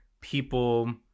people